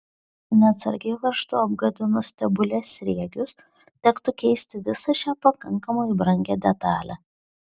neatsargiai varžtu apgadinus stebulės sriegius tektų keisti visą šią pakankamai brangią detalę